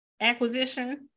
acquisition